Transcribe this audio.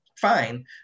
fine